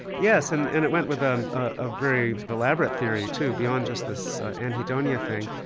yes and and it went with um a very elaborate theory too, beyond just this anhedonia thing,